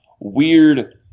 weird